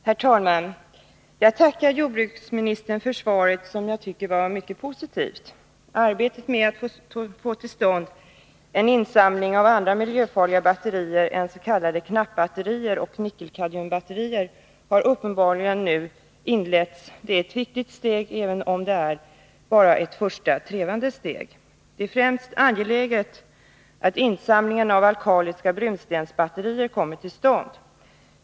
Herr talman! Jag tackar jordbruksministern för svaret, som jag tycker var mycket positivt. Arbetet med att få till stånd en insamling av andra miljöfarliga batterier än s.k. knappbatterier och nickelkadmiumbatterier har uppenbarligen nu inletts. Det är ett viktigt steg, även om det bara är ett första trevande steg. Det är främst angeläget att insamlingen av alkaliska brunstensbatterier kommer till stånd.